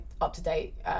up-to-date